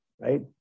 right